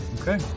Okay